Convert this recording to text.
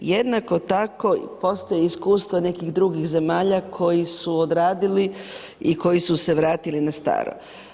Jednako tako postoje iskustva nekih drugih zemalja koji su odradili i koji su se vratili na staro.